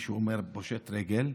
פושט רגל,